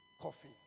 coffee